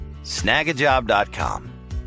snagajob.com